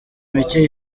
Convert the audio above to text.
mike